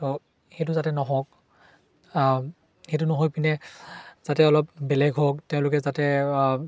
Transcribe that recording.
তো সেইটো যাতে নহওক সেইটো নহৈ পিনে যাতে অলপ বেলেগ হওক তেওঁলোকে যাতে